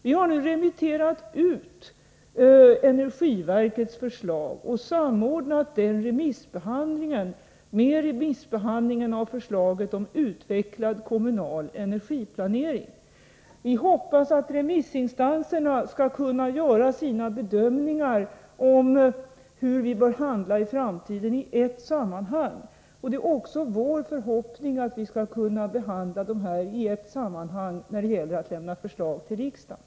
Vi har nu remitterat energiverkets förslag och samordnat remissbehandlingen med remissbehandlingen av förslaget om utvecklad kommunal energiplanering. Vi hoppas att remissinstanserna i ett sammanhang skall kunna göra sina bedömningar om hur vi bör handla i framtiden, och det är också vår förhoppning att vi skall kunna behandla det här i ett sammanhang när det gäller att lämna förslag till riksdagen.